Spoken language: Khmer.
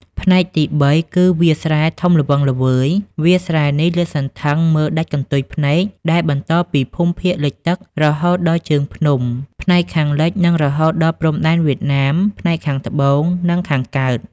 ផ្នែកទី៣ គឺជាវាលស្រែធំល្វឹងល្វើយ វាលស្រែនេះលាតសន្ធឹងមើលដាច់កន្ទុយភ្នែក ដែលបន្តពីភូមិភាគលិចទឹក រហូតដល់ជើងភ្នំ ផ្នែកខាងលិច និងរហូតដល់ព្រំដែនវៀតណាម ផ្នែកខាងត្បូង និងខាងកើត។